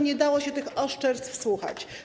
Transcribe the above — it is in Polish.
Nie dało się tych oszczerstw słuchać.